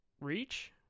Reach